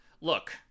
Look